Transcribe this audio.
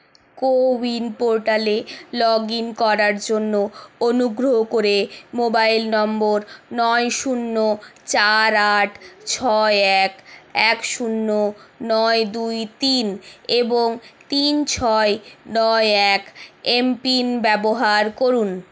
কো win পোর্টালে log in করার জন্য অনুগ্রহ করে মোবাইল নম্বর নয় শূন্য চার আট ছয় এক এক শূন্য নয় দুই তিন এবং তিন ছয় নয় এক এমপিন ব্যবহার করুন